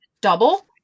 double